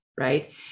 right